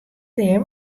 him